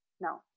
No